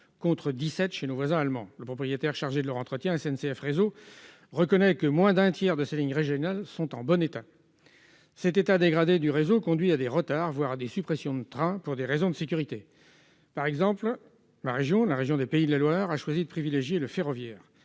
contre 17 ans chez nos voisins allemands. Le propriétaire chargé de leur entretien, SNCF Réseau, reconnaît que moins d'un tiers de ces lignes régionales sont en bon état. Cet état dégradé du réseau conduit à des retards, voire à des suppressions de train pour des raisons de sécurité. Par exemple, la région Pays de la Loire a choisi de privilégier le ferroviaire.